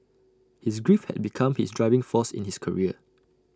his grief had become his driving force in his career